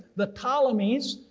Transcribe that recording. the colonies,